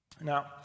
Now